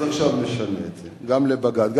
תלכו לבג"ץ.